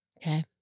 Okay